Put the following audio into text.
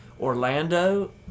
Orlando